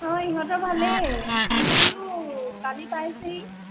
অঁ সিহঁতৰ ভালেই সিহঁতিও কালি পাইছেহি